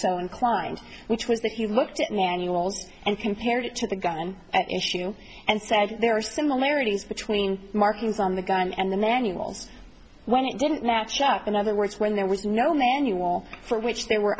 so inclined which was that he looked at manuals and compared it to the gun issue and said there are similarities between markings on the gun and the manuals when it didn't match up in other words when there was no manual for which there were